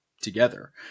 together